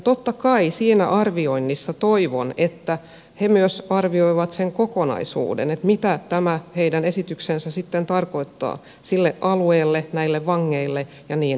totta kai toivon että he siinä arvioinnissa myös arvioivat sen kokonaisuuden mitä tämä heidän esityksensä sitten tarkoittaa sille alueelle näille vangeille ja niin edelleen